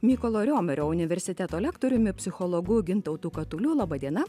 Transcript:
mykolo riomerio universiteto lektoriumi psichologu gintautu katuliu laba diena